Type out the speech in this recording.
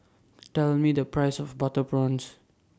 Tell Me The Price of Butter Prawns